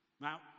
Now